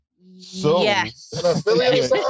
Yes